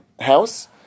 house